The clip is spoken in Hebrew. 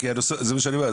זה מה שאני אומר,